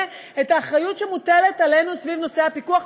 את האחריות שמוטלת עלינו סביב נושא הפיקוח,